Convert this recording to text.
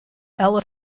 ella